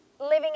living